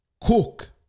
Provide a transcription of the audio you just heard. cook